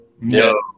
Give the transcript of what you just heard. No